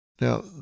Now